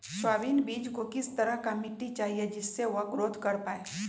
Soybean बीज को किस तरह का मिट्टी चाहिए जिससे वह ग्रोथ कर पाए?